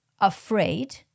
afraid